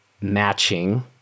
matching